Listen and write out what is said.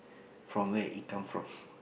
from where it come from